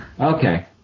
Okay